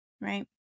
right